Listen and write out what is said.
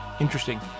Interesting